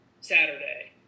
Saturday